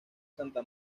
santa